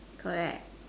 correct